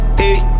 hey